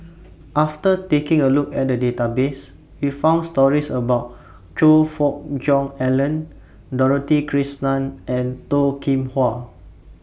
after taking A Look At The Database We found stories about Choe Fook Cheong Alan Dorothy Krishnan and Toh Kim Hwa